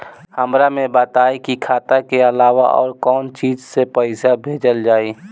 हमरा के बताई की खाता के अलावा और कौन चीज से पइसा भेजल जाई?